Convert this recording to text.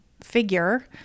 figure